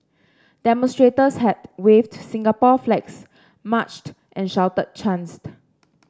demonstrators had waved Singapore flags marched and shouted chants